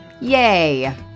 Yay